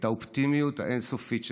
את האופטימיות האין-סופית שלך,